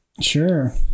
Sure